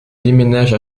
déménage